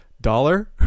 Dollar